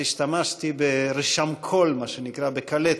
אז השתמשתי ברשמקול, מה שנקרא, בקלטת.